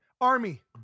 Army